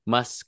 Mas